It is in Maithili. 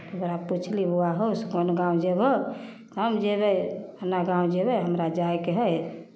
ओकरा पूछली बौआ हौ से कोन गाँव जयबह हम जेबै फल्लाँ गाँव जेबै हमरा जाइके हइ